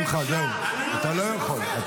אתה לא יכול.